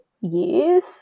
years